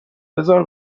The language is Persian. بزار